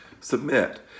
submit